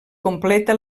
completa